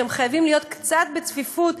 שהם חייבים להיות קצת בצפיפות,